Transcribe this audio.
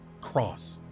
cross